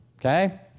okay